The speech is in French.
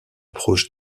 proche